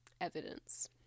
evidence